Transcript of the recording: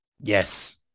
Yes